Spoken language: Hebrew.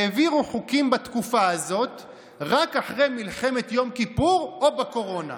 העבירו חוקים בתקופה הזו רק אחרי מלחמת יום כיפור או בקורונה".